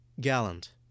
Gallant